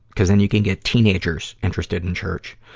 cuz then you can get teenagers interested in church.